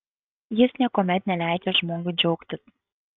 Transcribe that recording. jis niekuomet neleidžia žmogui džiaugtis